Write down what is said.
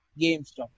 GameStop